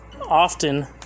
often